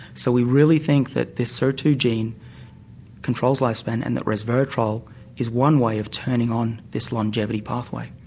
so we really think that this sirtuin gene controls lifespan and that resveretrol is one way of turning on this longevity pathway.